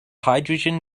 hydrogen